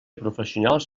professionals